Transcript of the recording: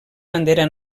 bandera